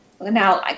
now